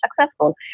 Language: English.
successful